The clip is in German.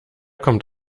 kommt